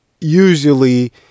usually